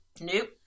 Nope